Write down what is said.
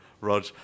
Rog